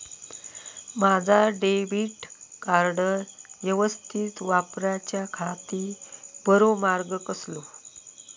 माजा debit card यवस्तीत वापराच्याखाती बरो मार्ग कसलो?